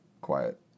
quiet